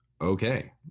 okay